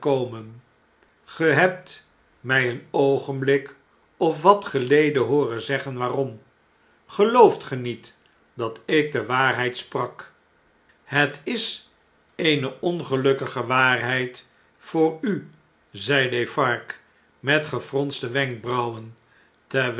ge hebt mij een oogenblik of wat geleden hooren zeggen waarom gelooft ge niet dat ik de waarheid sprak het is eene ongelukkige waarheid voor u zei defarge met gefronste wenkbrauwen